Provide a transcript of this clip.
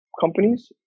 companies